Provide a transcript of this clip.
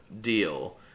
deal